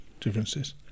differences